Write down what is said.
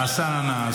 השר ענה.